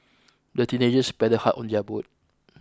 the teenagers paddled hard on their boat